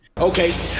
Okay